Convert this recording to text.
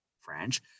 french